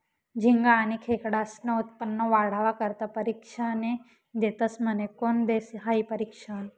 झिंगा आनी खेकडास्नं उत्पन्न वाढावा करता परशिक्षने देतस म्हने? कोन देस हायी परशिक्षन?